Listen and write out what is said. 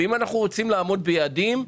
אם אנחנו רוצים לעמוד ביעדים,